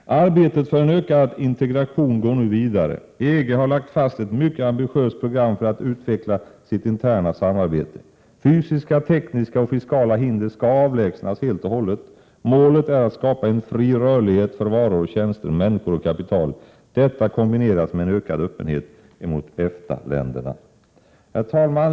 Arbetet för en ökad integration går nu vidare. EG har lagt fast ett mycket ambitiöst program för att utveckla sitt interna samarbete. Fysiska, tekniska och fiskala hinder skall avlägsnas helt och hållet. Målet är att skapa en fri rörlighet för varor och tjänster, människor och kapital. Detta kombineras med en ökad öppenhet emot EFTA-länderna. Herr talman!